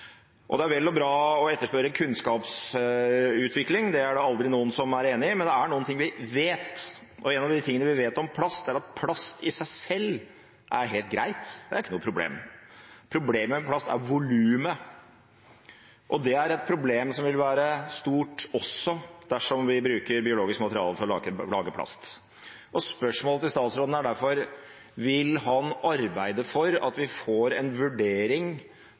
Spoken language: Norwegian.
Det er vel og bra å etterspørre kunnskapsutvikling – det er det aldri noen som er uenig i – men det er noe vi vet. Noe av det vi vet om plast, er at plast i seg selv er helt greit, det er ikke noe problem. Problemet med plast er volumet, og det er et problem som vil være stort også dersom vi bruker biologisk materiale for å lage plast. Spørsmålet til statsråden er derfor: Vil han arbeide for at vi får en vurdering